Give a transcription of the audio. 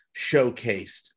showcased